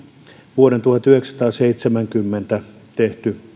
vuonna tuhatyhdeksänsataaseitsemänkymmentä tehty